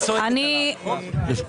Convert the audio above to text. עאידה,